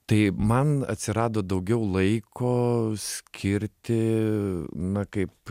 tai man atsirado daugiau laiko skirti na kaip